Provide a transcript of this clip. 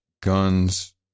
Guns